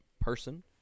person